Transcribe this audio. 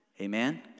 Amen